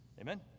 Amen